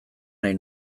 nahi